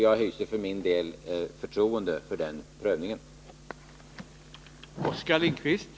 Jag hyser för min del förtroende för den prövning som där sker.